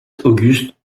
auguste